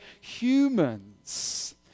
humans